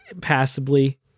passably